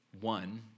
one